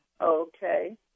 Okay